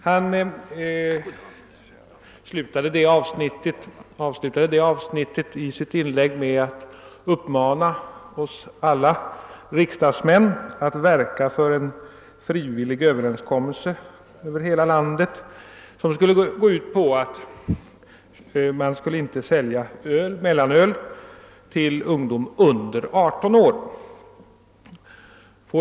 Herr Enskog slutade det avsnittet i sitt inlägg med att uppmana alla riksdagsmän att verka för en frivillig överenskommelse över hela landet, som går ut på att man inte skall sälja mellanöl till ungdomar under 18 år.